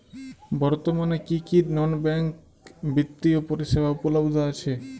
বর্তমানে কী কী নন ব্যাঙ্ক বিত্তীয় পরিষেবা উপলব্ধ আছে?